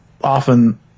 often